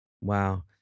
Wow